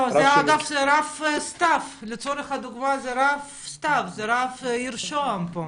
לא, זה הרב סתיו, זה הרב של העיר שוהם פה,